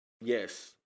Yes